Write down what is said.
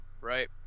right